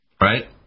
Right